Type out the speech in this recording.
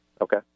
Okay